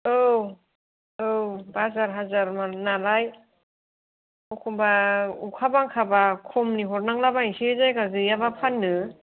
औ औ हाजार हाजार माल नालाय अखमबा अखा बांखाबा खमनि हरनांला बायनांसै जायगा गैयाब्ला फाननो